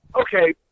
okay